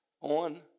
on